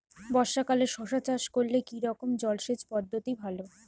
বর্ষাকালে শশা চাষ করলে কি রকম জলসেচ পদ্ধতি ভালো?